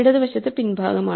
ഇടതുവശത്ത് പിൻ ഭാഗം ആണ്